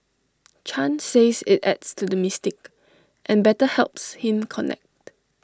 chan says IT adds to the mystique and better helps him connect